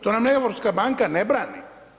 To nam europska banka ne brani.